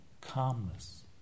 calmness